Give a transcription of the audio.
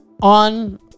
on